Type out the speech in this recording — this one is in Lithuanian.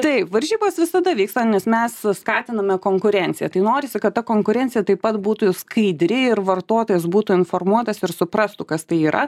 taip varžybos visada vyksta nes mes skatiname konkurenciją tai norisi kad ta konkurencija taip pat būtų į skaidri ir vartotojas būtų informuotas ir suprastų kas tai yra